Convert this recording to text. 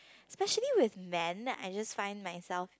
specially with man I just find myself